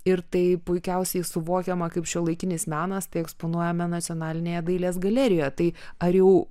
ir tai puikiausiai suvokiama kaip šiuolaikinis menas tai eksponuojame nacionalinėje dailės galerijoje tai ar jau